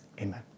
Amen